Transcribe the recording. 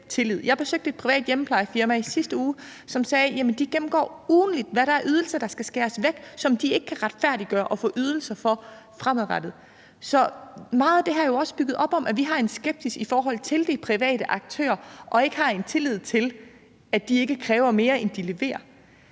Jeg besøgte et privat hjemmeplejefirma i sidste uge, som sagde, at de gennemgår ugentligt, hvad det er for nogle ydelser, der skal skæres væk, som de ikke kan retfærdiggøre at få betaling for fremadrettet. Så meget af det her er jo også bygget op om, at vi har en skepsis i forhold til de private aktører og ikke har en tillid til, at de ikke kræver mere, end de leverer.